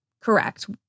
Correct